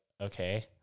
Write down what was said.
okay